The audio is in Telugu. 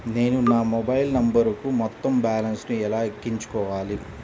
నేను నా మొబైల్ నంబరుకు మొత్తం బాలన్స్ ను ఎలా ఎక్కించుకోవాలి?